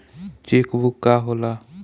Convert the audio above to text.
Check book का होला?